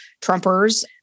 Trumpers